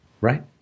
Right